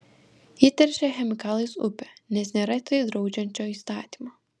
ji teršia chemikalais upę nes nėra tai draudžiančio įstatymo